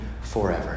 forever